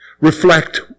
reflect